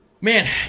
man